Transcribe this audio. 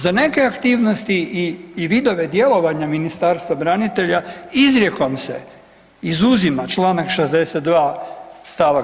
Za neke aktivnosti i vidove djelovanja Ministarstva branitelja, izrijekom se izuzima čl. 62 st.